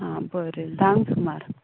हा बरें धांक सुमार